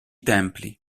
templi